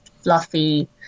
fluffy